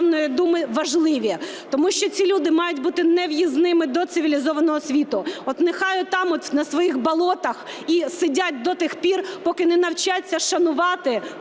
Думи важливі? Тому що ці люди мають бути нев'їзними до цивілізованого світу. От нехай отам от на своїх болотах і сидять до тих пір, поки не навчаться шанувати